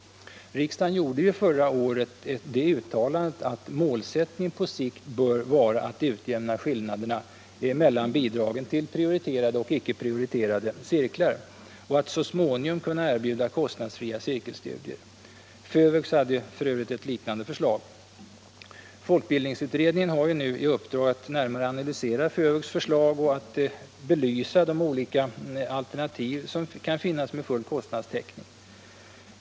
Riksdagen uttalade förra året att målsättningen på sikt bör vara att utjämna skillnaderna mellan bidragen till prioriterade och icke prioriterade cirklar och att så småningom kunna erbjuda kostnadsfria cirkelstudier. FÖVUX hade f. ö. ett liknande förslag. Folkbildningsutredningen har nu i uppdrag att närmare analysera förslaget från FÖVUX och belysa olika alternativ med full kostnadstäckning.